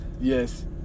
yes